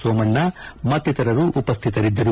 ಸೋಮಣ್ಣ ಮತ್ತಿತರರು ಉಪಸ್ಥಿತರಿದ್ದರು